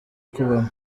kubamo